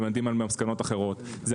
זה הליך מקצועי.